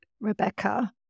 Rebecca